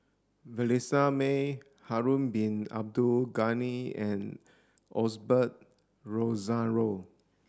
Vanessa Mae Harun Bin Abdul Ghani and Osbert Rozario